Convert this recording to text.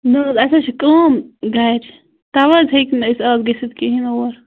نہٕ حظ اَسہِ حظ چھِ کٲم گَرِ تَوَٕے حظ ہیٚکہِ نہٕ أسۍ اَکھ گٔژھِتھ کِہیٖنۍ اور